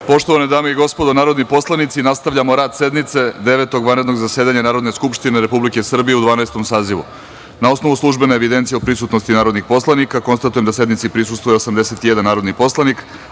Poštovane dame i gospodo narodni poslanici, nastavljamo rad Devetog vanrednog zasedanja Narodne skupštine Republike Srbije u Dvanaestom sazivu. Na osnovu službene evidencije o prisutnosti narodnih poslanika, konstatujem da sednici prisustvuje 81 narodni poslanik. Radi